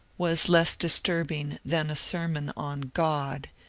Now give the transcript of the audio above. was less disturbing than a sermon on god,